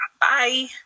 Bye